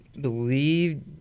believe